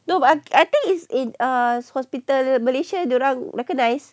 no but I think is in a hospital in malaysia dia orang recognize